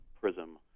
PRISM